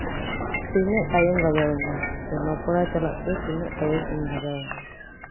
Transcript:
ᱛᱤᱱᱟᱹᱜ ᱴᱟᱭᱤᱢ ᱞᱟᱜᱟᱣ ᱤᱧᱟᱹ ᱥᱮ ᱱᱚ ᱯᱟᱲᱟ ᱪᱟᱞᱟᱜ ᱛᱮ ᱛᱤᱱᱟᱹᱜ ᱴᱟᱭᱤᱢ ᱤᱧ ᱞᱟᱜᱟᱣ ᱤᱧᱟᱹ